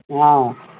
ஆ